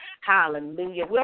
hallelujah